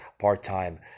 part-time